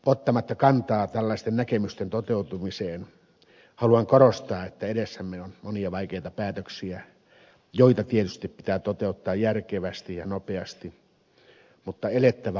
ottamatta kantaa tällaisten näkemysten toteutumiseen haluan korostaa että edessämme on monia vaikeita päätöksiä joita tietysti pitää toteuttaa järkevästi ja nopeasti mutta on elettävä aikaa seuraten